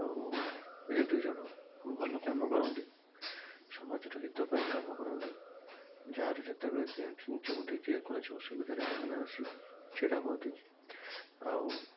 ଆଉ ଏ ଦୁଇଜଣ ଭଲ କାମ କରନ୍ତି ସମାଜର ହିତ ପାଇଁ କାମ କରନ୍ତି ଯାହାର ଯେତେବେଳେ ଯେଉଁଠି ଯେଉଁଠି ଯେକୌଣସି ଅସୁବିଧାରେ ସେମାନେ ଆସିକି ଛିଡ଼ା ହୁଅନ୍ତି ଆଉ